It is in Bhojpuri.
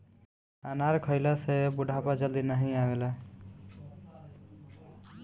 अनार खइला से बुढ़ापा जल्दी नाही आवेला